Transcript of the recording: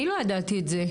אני לא ידעתי את זה,